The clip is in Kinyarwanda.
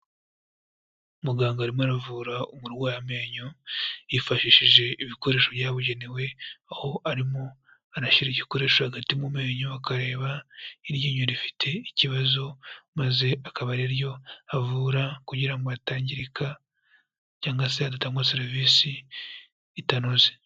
Muganga arimo aravura umuntu urwaye amenyo, hifashishije ibikoresho byabugenewe, aho arimo anashyira igikoresho hagati mu menyo, akareba iryinyo rifite ikibazo, maze akaba ari ryo avura kugira ngo atangirika cyangwa se hadatangwa serivisi itanoze.